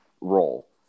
role